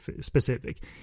specific